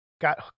got